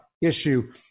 issue